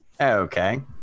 Okay